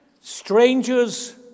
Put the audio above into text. Strangers